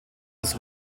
des